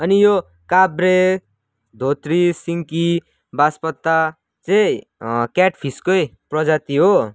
अनि यो काब्रे धोत्री सिङ्की बाँसपत्ते चाहिँ क्याटफिसकै प्रजाति हो